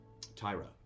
Tyra